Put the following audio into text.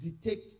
detect